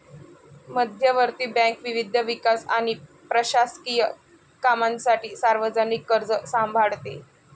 मध्यवर्ती बँक विविध विकास आणि प्रशासकीय कामांसाठी सार्वजनिक कर्ज सांभाळते